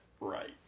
Right